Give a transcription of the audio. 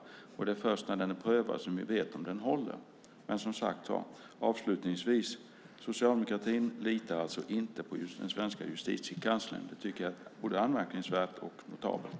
Det är först när den är prövad som vi vet om den håller. Socialdemokratin litar alltså inte på den svenska justitiekanslern. Det är både anmärkningsvärt och notabelt.